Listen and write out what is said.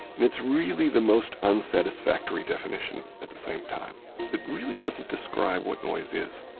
and it's really the most unsatisfactory definition at the same time. it really doesn't describe what noise is.